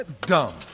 Dumb